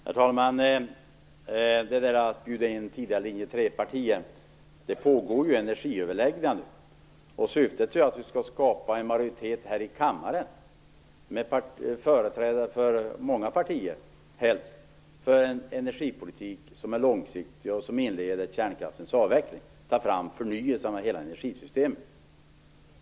Herr talman! Apropå att bjuda in tidigare linje-trepartier vill jag säga att det pågår energiöverläggningar. Syftet är att vi skall skapa en majoritet här i kammaren, helst med företrädare för många partier, för en energipolitik som är långsiktig och som inleder kärnkraftens avveckling och tar fram en förnyelse av hela energisystemet.